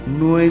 no